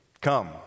Come